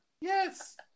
Yes